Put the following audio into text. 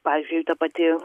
pavyzdžiui ta pati